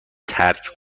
ترک